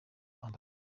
amb